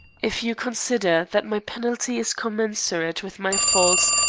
if you consider that my penalty is commensurate with my faults,